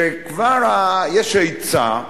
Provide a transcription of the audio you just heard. שכבר יש הצעה,